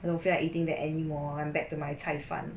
I don't feel like eating that anymore I'm back to my cai fan